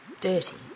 dirty